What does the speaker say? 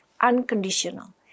unconditional